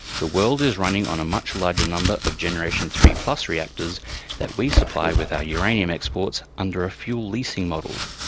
the world is running on a much larger number of generation iii plus reactors that we supply with our uranium exports under a fuel leasing model.